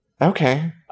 Okay